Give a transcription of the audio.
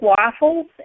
waffles